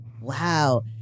Wow